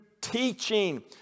teaching